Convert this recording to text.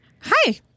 Hi